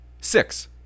Six